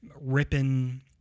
ripping